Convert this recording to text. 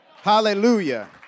Hallelujah